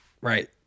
Right